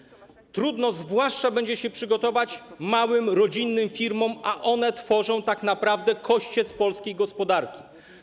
Trudno zwłaszcza będzie się przygotować małym rodzinnym firmom, a to one tak naprawdę tworzą kościec polskiej gospodarki.